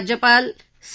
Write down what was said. राज्यपाल सी